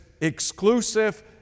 exclusive